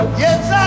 yes